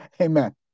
amen